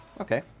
Okay